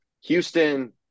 Houston